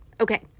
Okay